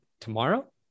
tomorrow